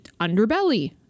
underbelly